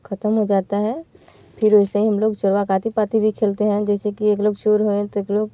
ख़त्म हो जाता है फिर वैसे ही हम लोग भी खेलते हैं जैसे कि एक लोग चोर होएँ तो एक लोग